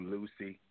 Lucy